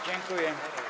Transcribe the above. Dziękuję.